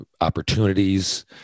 opportunities